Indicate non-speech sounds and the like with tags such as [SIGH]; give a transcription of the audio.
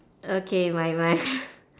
okay mine mine [LAUGHS]